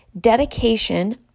Dedication